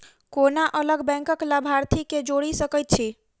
कोना अलग बैंकक लाभार्थी केँ जोड़ी सकैत छी?